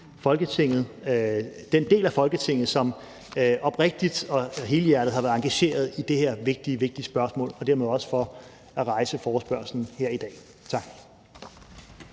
gerne takke den del af Folketinget, som oprigtigt og helhjertet har været engageret i det her vigtige, vigtige spørgsmål, og dermed også for at rejse forespørgslen her i dag. Tak.